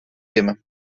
wiem